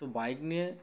তো বাইক নিয়ে